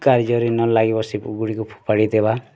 କାର୍ଯ୍ୟରେ ନଲାଗିବ ସେଗୁଡ଼ିକୁ ଫୋପାଡ଼ି ଦେବା